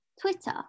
Twitter